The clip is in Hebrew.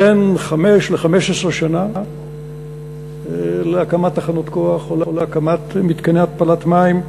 בין חמש ל-15 שנה להקמת תחנות כוח או להקמת מתקני התפלת מים.